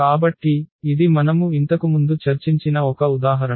కాబట్టి ఇది మనము ఇంతకుముందు చర్చించిన ఒక ఉదాహరణ